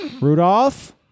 Rudolph